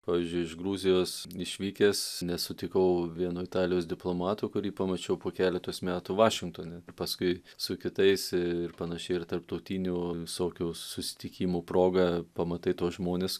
pavyzdžiui iš gruzijos išvykęs nesutikau vieno italijos diplomato kurį pamačiau po keletos metų vašingtone paskui su kitais ir panašiai ir tarptautinių visokių susitikimų proga pamatai tuos žmones